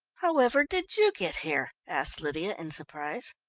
however did you get here? asked lydia in surprise.